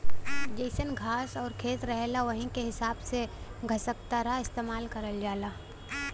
जइसन घास आउर खेत रहला वही के हिसाब से घसकतरा इस्तेमाल करल जाला